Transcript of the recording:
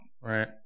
Right